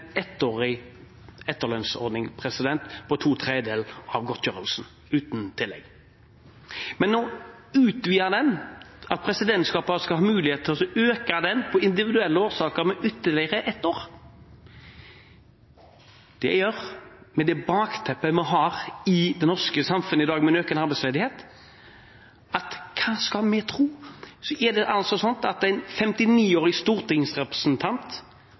at presidentskapet skal ha mulighet til å øke den, i særlige tilfeller, til ytterligere ett år, gjør, med det bakteppet vi har i det norske samfunnet i dag, med en økende arbeidsledighet, at – hva skal vi tro – en 59-årig stortingsrepresentant har det verre enn en 59-årig nettopp arbeidsledig på Vestlandet. Nei, det er tvert imot. Ja, det